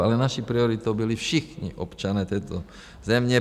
Ale naší prioritou byli všichni občané této země.